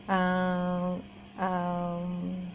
a um